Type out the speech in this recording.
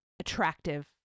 attractive